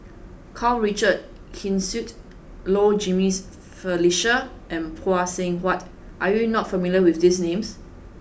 Karl Richard Hanitsch Low Jimenez Felicia and Phay Seng Whatt are you not familiar with these names